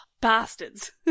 bastards